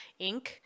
Inc